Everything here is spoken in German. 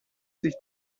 sich